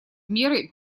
меры